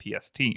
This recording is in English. PST